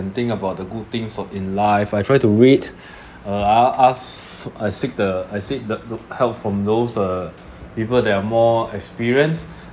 and think about the good things of in life I try to rate uh ask ask I seek the I seek the the help from those uh people that are more experienced